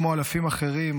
כמו אלפים אחרים,